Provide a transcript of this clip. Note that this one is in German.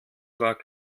war